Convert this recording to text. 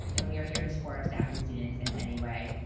and we are here to support our staff and students in any way.